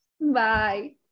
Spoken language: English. Bye